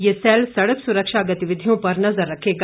ये सैल सड़क सुरक्षा गतिविधियों पर नज़र रखेगा